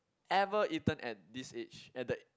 ever eaten at this age at the